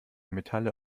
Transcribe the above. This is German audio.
metalle